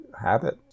habit